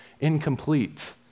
incomplete